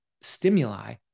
stimuli